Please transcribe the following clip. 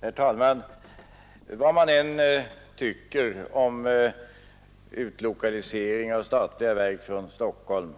Herr talman! Vad man än tycker om utlokalisering av statliga verk från Stockholm,